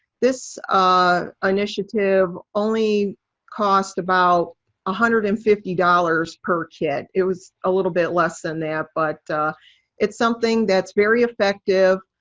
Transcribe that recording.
this ah initiative only cost about one hundred and fifty dollars per kit, it was a little bit less than that. but it's something that's very effective.